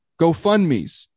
GoFundMes